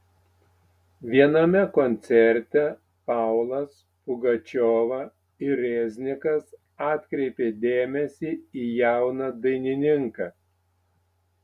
viename koncerte paulas pugačiova ir reznikas atkreipė dėmesį į jauną dainininką